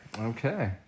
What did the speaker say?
Okay